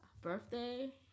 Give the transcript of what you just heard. birthday